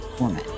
woman